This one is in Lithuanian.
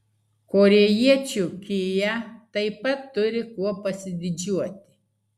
korėjiečių kia taip pat turi kuo pasididžiuoti